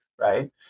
right